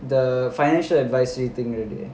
the financial advisory thing already